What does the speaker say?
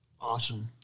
Awesome